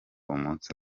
umunsi